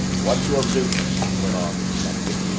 what's your business? went on the detective.